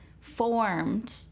formed